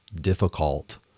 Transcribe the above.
difficult